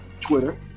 Twitter